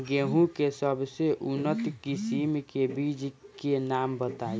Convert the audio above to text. गेहूं के सबसे उन्नत किस्म के बिज के नाम बताई?